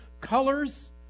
colors